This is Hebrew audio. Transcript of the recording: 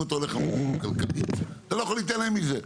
אם אתה הולך --- כלכלית אתה לא יכול להתעלם מזה.